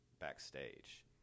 backstage